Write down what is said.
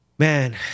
Man